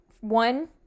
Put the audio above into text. One